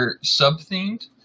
sub-themed